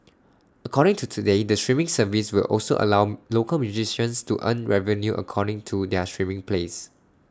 according to today the streaming service will also allow local musicians to earn revenue according to their streaming plays